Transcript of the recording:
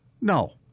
no